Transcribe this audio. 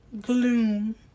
gloom